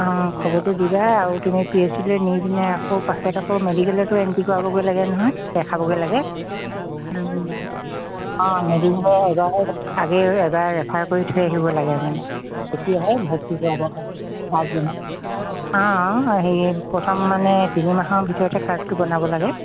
অঁ খবৰটো দিবা আৰু তুমি পি এইচ চিলৈ নি পিনে আকৌ পাছত আকৌ মেডিকেলতো এণ্ট্ৰি কৰাবগৈ লাগে নহয় দেখাবগৈ লাগে অঁ মেডিকেলৰ এবাৰ আগেও এবাৰ ৰেফাৰ কৰি থৈ আহিব লাগে মানে তেতিয়াহে ভৰ্তি কৰাব পাৰে চাৰ্জজনক অঁ অঁ হেৰি প্ৰথম মানে তিনি মাহৰ ভিতৰতে কাৰ্ডটো বনাব লাগে